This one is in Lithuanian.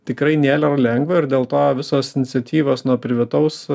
tikrai nėra lengva ir dėl to visos iniciatyvos nuo privataus